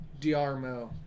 Diarmo